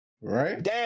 Right